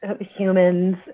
humans